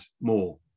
more